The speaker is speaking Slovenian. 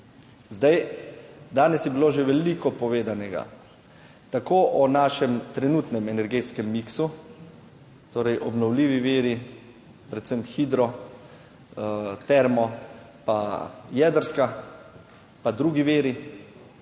Zdaj, danes je bilo že veliko povedanega tako o našem trenutnem energetskem miksu, torej obnovljivi viri, predvsem hidro, termo, pa jedrska pa drugi viri,